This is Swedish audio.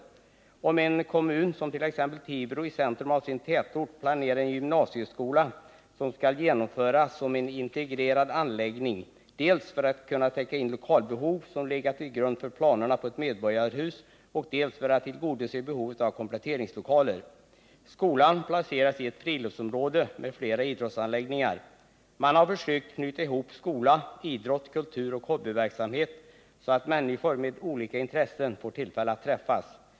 Låt oss som exempel ta Tibro kommun, som i centrum av sin tätort planerar en gymnasieskola som skall genomföras som en integrerad anläggning —dels för att täcka in det lokalbehov som legat till grund för planerna på ett medborgarhus, dels för att tillgodose behovet av kompletteringslokaler. Skolan placeras i ett hyresområde med flera idrottsanläggningar. Man har försökt knyta ihop skola, idrott, kultur och hobbyverksamhet, så att människor med olika intressen får tillfälle att träffas.